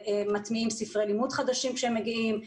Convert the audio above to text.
מטמיעים ספרי לימוד חדשים כשהם מגיעים,